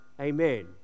Amen